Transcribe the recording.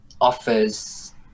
offers